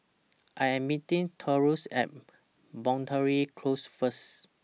I Am meeting Taurus At Boundary Close First